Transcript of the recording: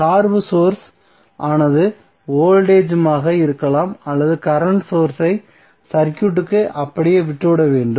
சார்பு சோர்ஸ் ஆனது வோல்டேஜ்மாக இருக்கலாம் அல்லது கரண்ட் சோர்ஸ் ஐ சர்க்யூட்டுக்கு அப்படியே விட வேண்டும்